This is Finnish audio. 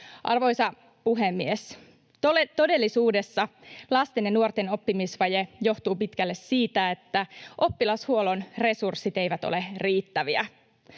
Arvoisa puhemies! Todellisuudessa lasten ja nuorten oppimisvaje johtuu pitkälle siitä, että oppilashuollon resurssit eivät ole riittäviä.